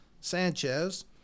Sanchez